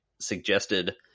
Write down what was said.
suggested